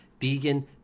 vegan